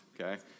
okay